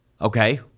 Okay